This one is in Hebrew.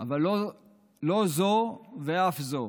אבל לא זו אף זו,